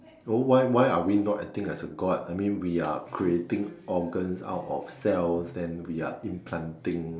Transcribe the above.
so why why are we not acting as a God I mean we are creating organs out of cells then we are implanting